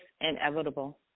inevitable